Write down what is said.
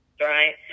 right